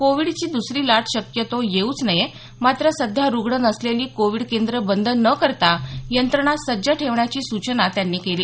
कोविडची दुसरी लाट शक्यतो येवूच नये मात्र सध्या रुग्ण नसलेली कोविड केंद्र बंद न करता यंत्रणा सज्ज ठेवण्याची सूचना त्यांनी केली